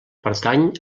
pertany